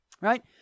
right